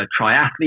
triathlete